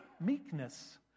meekness